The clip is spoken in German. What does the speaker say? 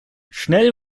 schnell